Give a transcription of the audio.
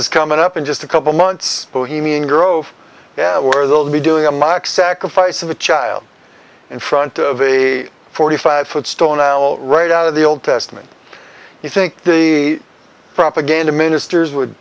is coming up in just a couple months bohemian grove yeah where they'll be doing a mock sacrifice of a child in front of a forty five foot stone owl right out of the old testament you think the propaganda ministers would